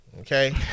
okay